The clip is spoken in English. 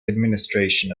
administration